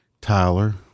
Tyler